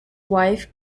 wife